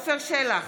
עפר שלח,